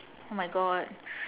oh my god